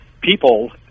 People